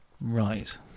Right